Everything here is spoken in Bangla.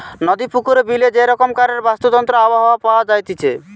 নদী, পুকুরে, বিলে যে রকমকারের বাস্তুতন্ত্র আবহাওয়া পাওয়া যাইতেছে